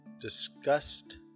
Disgust